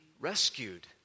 rescued